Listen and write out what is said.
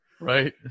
Right